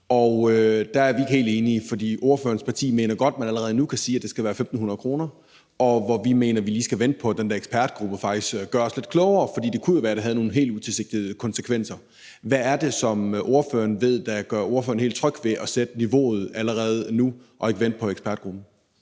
Og der er vi ikke helt enige, for ordførerens parti mener, at man allerede nu godt kan sige, at det skal være 1.500 kr., hvor vi mener, at vi lige skal vente på, at den her ekspertgruppe faktisk gør os klogere, for det kunne jo være, at det havde nogle helt utilsigtede konsekvenser. Hvad er det, som ordføreren ved, der gør ordføreren helt tryg ved at sætte niveauet allerede nu og ikke at vente på ekspertgruppen?